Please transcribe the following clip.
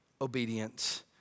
obedience